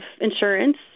insurance